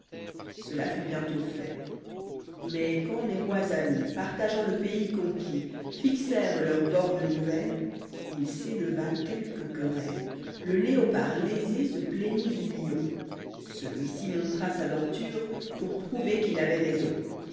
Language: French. cela fut bientôt fait mais quand les rois amis partageant le pays conquis fixèrent leurs bornes nouvelles il s'éleva quelques querelles fables le léopard lésé se plaignit du lion celui-ci montra sa denture pour prouver qu'il avoit raison